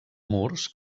murs